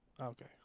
Okay